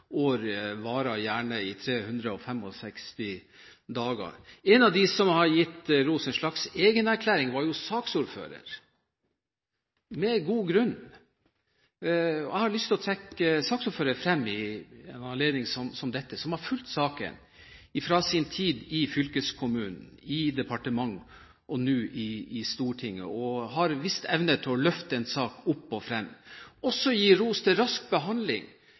år varer gjerne i 365 dager. En av dem som har gitt rosen en slags egenerklæring, var saksordføreren – med god grunn. Jeg har lyst til å trekke saksordføreren frem i en anledning som dette, som har fulgt saken fra sin tid i fylkeskommunen, i departementet og nå i Stortinget, og har vist evne til å løfte en sak opp og frem. Jeg vil også gi ros for en rask behandling